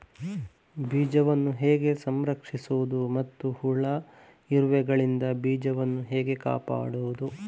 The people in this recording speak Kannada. ಬೀಜವನ್ನು ಹೇಗೆ ಸಂಸ್ಕರಿಸುವುದು ಮತ್ತು ಹುಳ, ಇರುವೆಗಳಿಂದ ಬೀಜವನ್ನು ಹೇಗೆ ಕಾಪಾಡುವುದು?